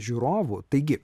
žiūrovų taigi